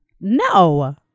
no